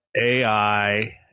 AI